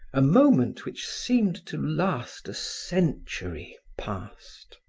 a moment which seemed to last a century passed.